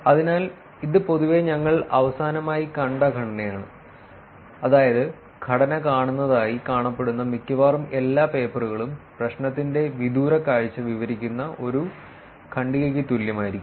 അതിനാൽ ഇത് പൊതുവെ ഞങ്ങൾ അവസാനമായി കണ്ട ഘടനയാണ് അതായത് ഘടന കാണുന്നതായി കാണപ്പെടുന്ന മിക്കവാറും എല്ലാ പേപ്പറുകളും പ്രശ്നത്തിന്റെ വിദൂരകാഴ്ച വിവരിക്കുന്ന ഒരു ഖണ്ഡികയ്ക്ക് തുല്യമായിരിക്കും